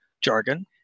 jargon